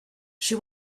she